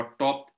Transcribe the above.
top